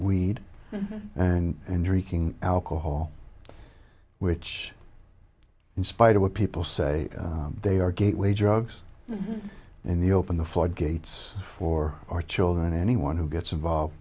weed and drinking alcohol which in spite of what people say they are gateway drugs in the open the floodgates for our children anyone who gets involved